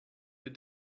did